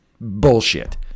bullshit